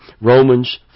Romans